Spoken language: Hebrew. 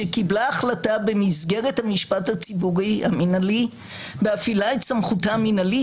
שקיבלה החלטה במסגרת המשפט הציבורי המינהלי בהפעילה את סמכותה המנהלית,